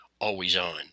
always-on